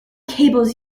cables